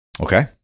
Okay